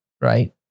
right